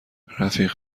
رفیق